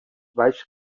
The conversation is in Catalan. baix